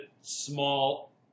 small